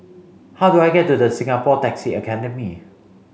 how do I get to Singapore Taxi Academy